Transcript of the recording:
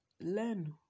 learn